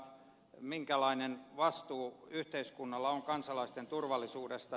minkälainen vastuu yhteiskunnalla on kansalaisten turvallisuudesta